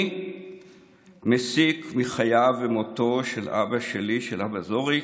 אני מסיק מחייו וממותו של אבא שלי, של אבא זוריק,